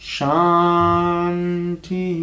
Shanti